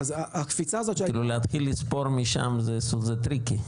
כאילו להתחיל לספור משם זה טריקי.